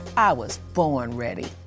i was born ready.